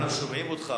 אנחנו שומעים אותך,